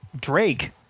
Drake